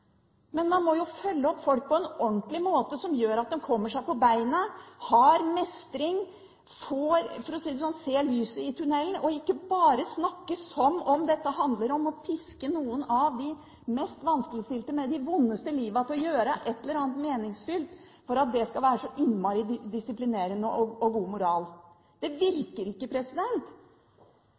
Men man må jo følge opp folk på en ordentlig måte som gjør at de kommer seg på beina, har mestring – for å si det sånn, ser lyset i tunnelen – og ikke bare snakke som om dette handler om å piske noen av de mest vanskeligstilte med det vondeste livet til å gjøre et eller annet meningsfylt fordi det skal være så innmari disiplinerende og god moral. Det virker ikke!